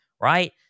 Right